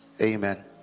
amen